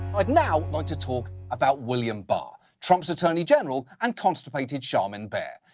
i'd now like to talk about william barr, trump's attorney general, and constipated charmin bear.